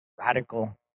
radical